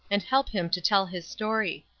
and help him to tell his story.